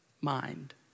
mind